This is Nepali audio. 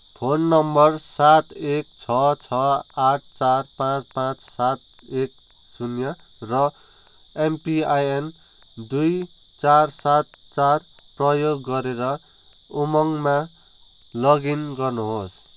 फोन नम्बर सात एक छ छ आठ चार पाँच पाँच सात एक शून्य र एमपिआइएन दुई चार सात चार प्रयोग गरेर उमङ्गमा लगइन गर्नुहोस्